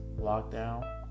lockdown